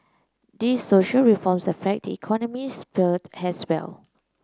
these social reforms affect the economic sphere as well